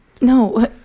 No